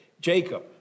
Jacob